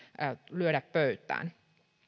lyödä pöytään